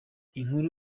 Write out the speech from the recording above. inkuru